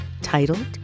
titled